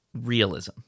realism